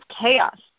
chaos